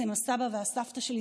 הסבא והסבתא שלי,